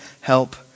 help